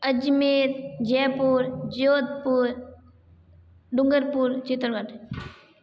Ajmer Jaipur Jodhpur Dungarpur चित्रवट